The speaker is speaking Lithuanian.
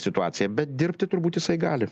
situacija bet dirbti turbūt jisai gali